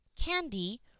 candy